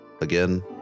Again